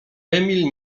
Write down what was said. emil